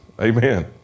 Amen